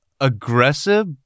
aggressive